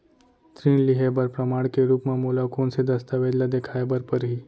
ऋण लिहे बर प्रमाण के रूप मा मोला कोन से दस्तावेज ला देखाय बर परही?